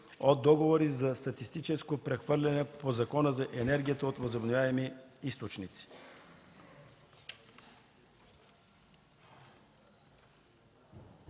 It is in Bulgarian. от договори за статистическо прехвърляне по Закона за енергията от възобновяеми източници.”